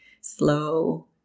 slow